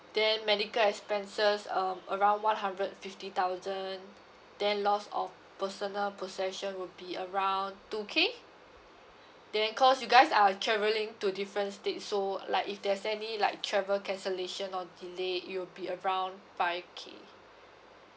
then medical expenses um around one hundred fifty thousand then loss of personal possession will be around two K then cause you guys are travelling to different states so like if there's any like travel cancellation or delay it will be around five K